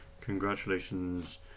congratulations